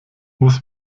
muss